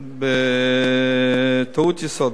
בטעות יסודה,